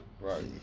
Right